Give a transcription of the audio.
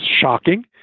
shocking